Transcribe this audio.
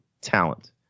talent